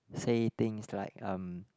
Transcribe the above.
say things like um